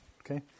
Okay